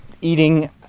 eating